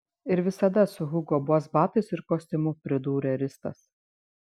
ir visada su hugo boss batais ir kostiumu pridūrė ristas